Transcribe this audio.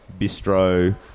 bistro